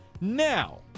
Now